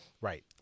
Right